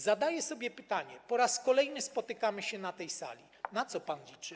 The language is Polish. Zadaję sobie pytanie - po raz kolejny spotykamy się na tej sali - na co pan liczy.